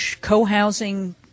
co-housing